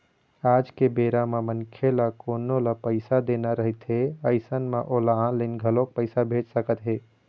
आज के बेरा म मनखे ल कोनो ल पइसा देना रहिथे अइसन म ओला ऑनलाइन घलोक पइसा भेज सकत हे